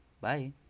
Bye